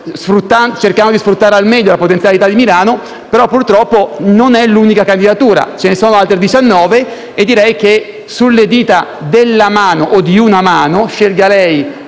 cercando di sfruttare al meglio la potenzialità di Milano, però purtroppo non è l'unica candidatura. Ce ne sono altre 19 e direi che sulle dita della mano o di una mano - senatore